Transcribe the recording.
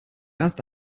erst